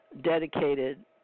dedicated